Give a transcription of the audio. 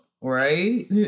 right